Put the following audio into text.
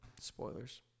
spoilers